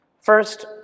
First